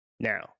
Now